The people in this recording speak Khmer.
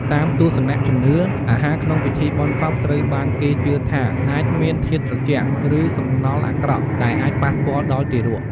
តាមទស្សនៈជំនឿ អាហារក្នុងពិធីបុណ្យសពត្រូវបានគេជឿថាអាចមាន "ធាតុត្រជាក់" ឬ "សំណល់អាក្រក់" ដែលអាចប៉ះពាល់ដល់ទារក។